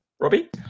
Robbie